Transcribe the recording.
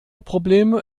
probleme